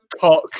cock